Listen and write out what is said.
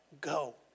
go